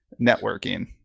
networking